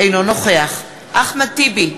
אינו נוכח אחמד טיבי,